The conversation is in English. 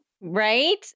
Right